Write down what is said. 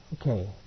Okay